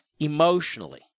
emotionally